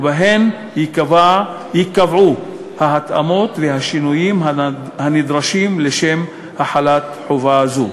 ובהן ייקבעו ההתאמות והשינויים הנדרשים לשם החלת חובה זו.